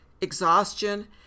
exhaustion